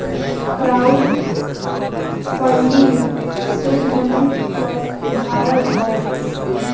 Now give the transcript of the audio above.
crowd funding seed money क उदाहरण हौ